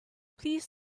please